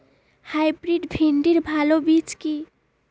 Hybrid ভিন্ডির ভালো বীজ কি?